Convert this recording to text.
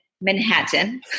Manhattan